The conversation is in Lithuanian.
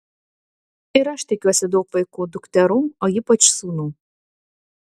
ir aš tikiuosi daug vaikų dukterų o ypač sūnų